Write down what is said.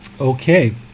Okay